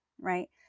right